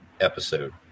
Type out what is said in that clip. episode